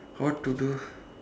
what to do